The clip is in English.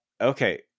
okay